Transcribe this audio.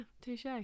touche